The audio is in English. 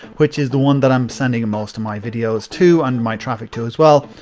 which is the one that i am sending most of my videos to, and my traffic to, as well.